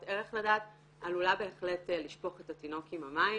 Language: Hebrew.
ערך לדעת עלולה בהחלט לשפוך את התינוק עם המים.